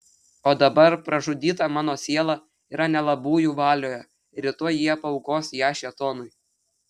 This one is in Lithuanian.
o dabar pražudyta mano siela yra nelabųjų valioje ir rytoj jie paaukos ją šėtonui